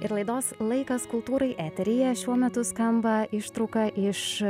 ir laidos laikas kultūrai eteryje šiuo metu skamba ištrauka iš